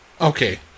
Okay